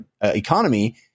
economy